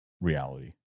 reality